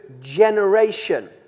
generation